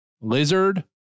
Lizard